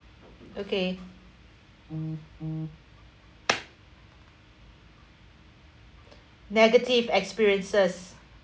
okay negative experiences